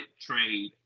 trade